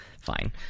fine